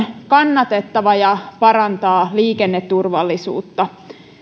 kannatettava ja parantaa liikenneturvallisuutta